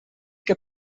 que